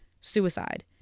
suicide